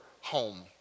home